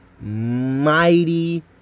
mighty